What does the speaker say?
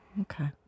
Okay